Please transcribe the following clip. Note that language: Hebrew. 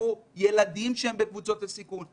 עבור ילדים שהם בקבוצות סיכון?